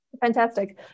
Fantastic